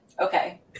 Okay